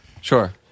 sure